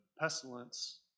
pestilence